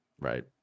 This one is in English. right